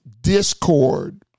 discord